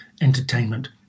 entertainment